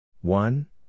One